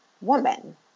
woman